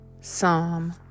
Psalm